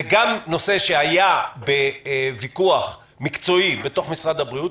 זה גם נושא שהיה בוויכוח מקצועי בתוך משרד הבריאות,